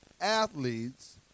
athletes